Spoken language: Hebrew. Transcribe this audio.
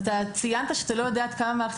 אתה ציינת שאתה לא יודע עד כמה מערכת